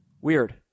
Weird